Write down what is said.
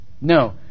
No